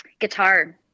Guitar